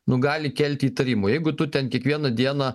nu gali kelti įtarimų jeigu tu ten kiekvieną dieną